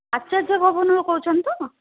ଆଚାର୍ଯ୍ୟ ଭବନରୁ କହୁଛନ୍ତି ତ